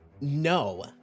No